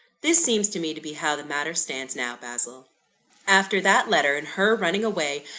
this seems to me to be how the matter stands now, basil after that letter, and her running away,